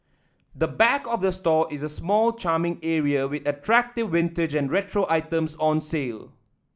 the back of the store is a small charming area with attractive vintage and retro items on sale